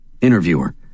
Interviewer